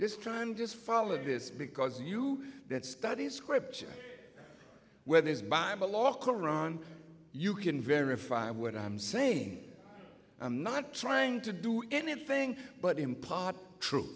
this time just follow this because you that study scripture where there is bible law koran you can verify what i'm saying i'm not trying to do anything but impart tru